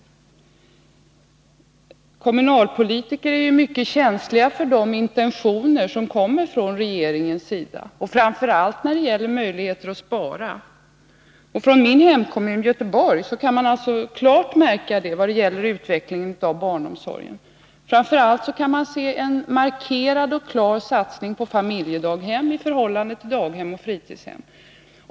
Kommunalpolitiker är mycket känsliga för de intentioner som regeringen har och framför allt då när det gäller möjligheter att spara. I min hemkommun Göteborg kan man klart märka detta, i vad det gäller utvecklingen av barnomsorgen. Man kan framför allt se en markerad satsning på familjedaghem i förhållande till daghem och fritidshem.